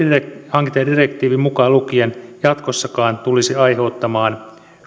hankintadirektiivi mukaan lukien jatkossakaan tulisi aiheuttamaan uhkaa